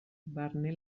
barne